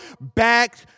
back